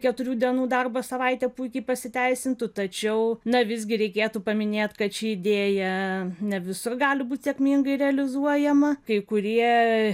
keturių dienų darbo savaitę puikiai pasiteisintų tačiau na visgi reikėtų paminėt kad ši idėja ne visur gali būti sėkmingai realizuojama kai kurie